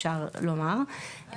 אפשר לומר.